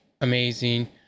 amazing